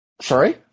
Sorry